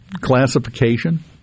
classification